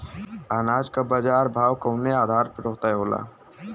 अनाज क बाजार भाव कवने आधार पर तय होला?